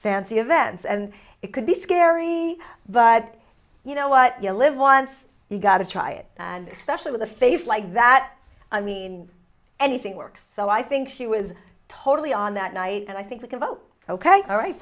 fancy events and it could be scary but you know what you live once you gotta try it and specially with a face like that i mean anything works so i think she was totally on that night and i think we can vote ok all right